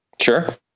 Sure